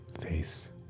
Face